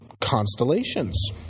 constellations